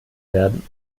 werden